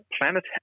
planet